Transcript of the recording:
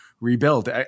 rebuild